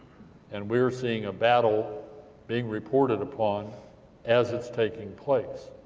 and we're seeing a battle being reported upon as it's taking place.